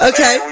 Okay